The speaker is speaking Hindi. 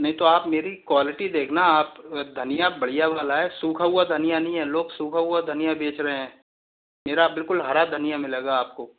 नहीं तो आप मेरी क्वालिटी देखना आप धनिया बढ़िया वाला है सूखा हुआ धनिया नहीं है लोग सूखा धनिया बेच रहे हैं मेरा बिल्कुल हरा धनिया मिलेगा आपको